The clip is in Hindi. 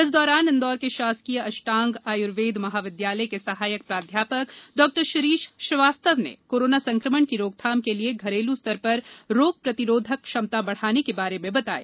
इस दौरान इंदौर के शासकीय अष्टांग आयुर्वेद महाविद्यालय के सहायक प्राध्यापक डॉ शिरीष श्रीवास्तव ने कोरोना संक्रमण की रोकथाम के लिए घरेलू स्तर पर रोग प्रतिरोधक क्षमता बढ़ाने के बारे में बताया